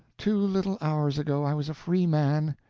two little hours ago i was a free man,